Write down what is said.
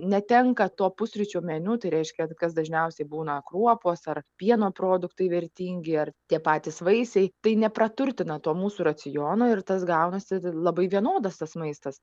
netenka to pusryčių meniu tai reiškia kas dažniausiai būna kruopos ar pieno produktai vertingi ar tie patys vaisiai tai nepraturtina to mūsų raciono ir tas gaunasi labai vienodas tas maistas